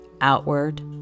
outward